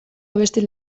abesti